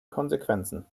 konsequenzen